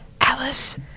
Alice